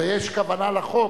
הרי יש כוונה לחוק.